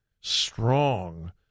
strong